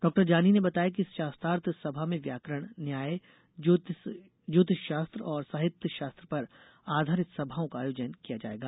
doctor Jani ने बताया कि इस शास्त्रार्थ सभा में व्याकरण न्याय ज्योतिषशास्त्र और साहित्य शास्त्र पर आधारित सभाओं का आयोजन किया जाएगा